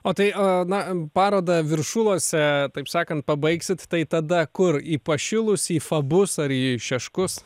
parodą viršuluose taip sakant pabaigsit tai tada kur į pašilus į fabus ar į šeškus